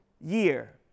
year